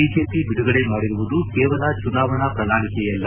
BJP ಬಿಡುಗಡೆ ಮಾಡಿರುವುದು ಕೇವಲ ಚುನಾವಣಾ ಪ್ರಣಾಳಿಕೆಯಲ್ಲ